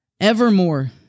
evermore